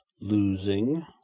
losing